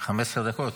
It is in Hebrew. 15 דקות?